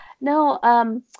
no